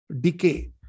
decay